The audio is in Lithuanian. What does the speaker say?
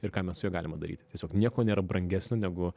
ir ką mes su ja galima daryti tiesiog nieko nėra brangesnio negu